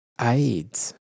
AIDS